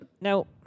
now